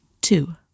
Two